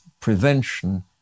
prevention